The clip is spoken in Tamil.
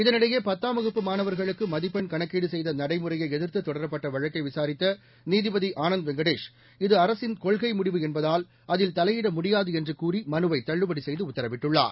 இதனிடையே பத்தாம் வகுப்பு மாணவர்களுக்கு மதிப்பெண் கணக்கீடு செய்த நடைமுறையை எதிர்த்து தொடரப்பட்ட வழக்கை விசாரித்த நீதிபதி ஆனந்த் வெங்கடேஷ் இது அரசின் கொள்கை முடிவு என்பதால் அதில் தலையிட முடியாது என்று கூறி மனுவை தள்ளுபடி செய்து உத்தரவிட்டுள்ளார்